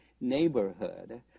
neighborhood